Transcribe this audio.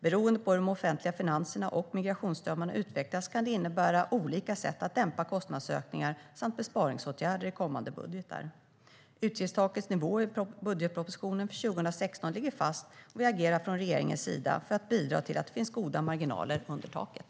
Beroende på hur de offentliga finanserna och migrationsströmmarna utvecklas kan det innebära olika sätt att dämpa kostnadsökningar samt besparingsåtgärder i kommande budgetar. Utgiftstakets nivå i budgetpropositionen för 2016 ligger fast, och vi agerar från regeringens sida för att bidra till att det finns goda marginaler under taket.